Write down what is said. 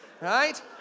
right